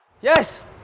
Yes